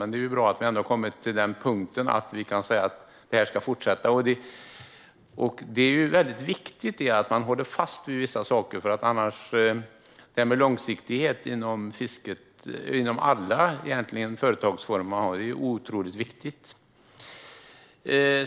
Men det är ju bra att vi har kommit till den punkten att vi kan säga att det här ska fortsätta, för långsiktighet inom fisket och egentligen inom alla företag är otroligt viktigt.